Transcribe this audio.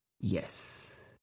Yes